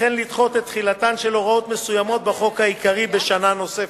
וכן לדחות את תחילתן של הוראות מסוימות בחוק העיקרי בשנה נוספת.